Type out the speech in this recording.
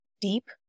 deep